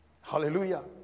Hallelujah